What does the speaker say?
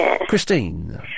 Christine